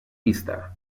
pista